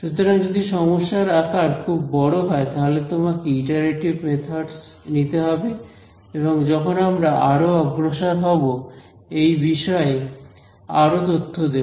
সুতরাং যদি সমস্যার আকার খুব খুব বড় হয় তাহলে তোমাকে ইটারেটিভ মেথডস নিতে হবে এবং যখন আমরা আরো অগ্রসর হবো এই বিষয়ে আরো তথ্য দেব